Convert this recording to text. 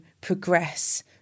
progress